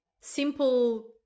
simple